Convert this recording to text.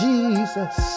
Jesus